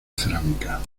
cerámica